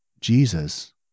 Jesus